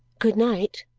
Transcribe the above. good night!